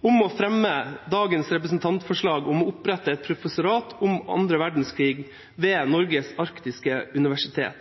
om å fremme dagens representantforslag om å opprette et professorat om annen verdenskrig ved Norges arktiske universitet,